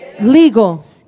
legal